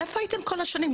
איפה הייתם כל השנים?